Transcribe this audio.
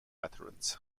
veterans